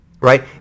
right